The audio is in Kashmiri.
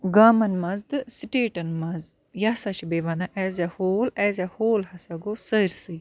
گامَن مَنٛز تہٕ سِٹیٹَن منٛز یہِ ہَسا چھِ بیٚیہِ وَنان as a whole as a whole ہَسا گوٚو سٲرسٕے